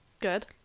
Good